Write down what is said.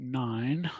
nine